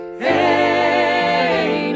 Amen